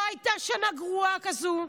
לא הייתה שנה גרועה כזאת,